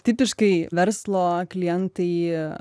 tipiškai verslo klientai